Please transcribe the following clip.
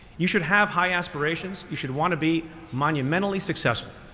you should have high aspirations. you should want to be monumentally successful.